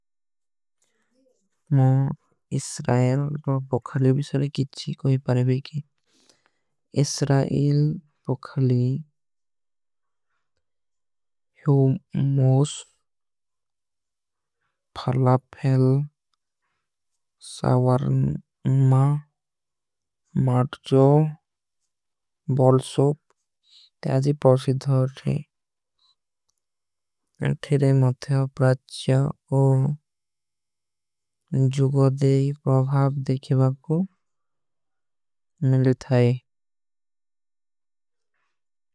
ମା ଇସ୍ରାଇଲ ପୋଖଲୀ ଵିଶାରେ କୀଛୀ କୋଈ ପାରେବେ କୀ। ଇସ୍ରାଇଲ ପୋଖଲୀ ହୁମୋସ। ଫାଲାପ୍ପେଲ ସାଵରମା ମାଡଜୋ। ବଲସୋପ ତେ ଆଜୀ ପରୁଫିଦ ହୋ ଥେ କିରେ ମତ୍ଯା ପ୍ରାଚ୍ଯା। ଔର ଜୁଗୋ ଦେଈ ପ୍ରାଭାବ ଦେଖେ ବାଗୋ ମିଲତା ହୈ।